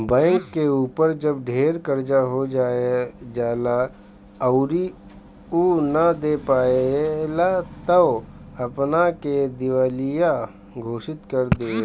bank के ऊपर जब ढेर कर्जा हो जाएला अउरी उ ना दे पाएला त उ अपना के दिवालिया घोषित कर देवेला